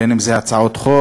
בין אם זה הצעות חוק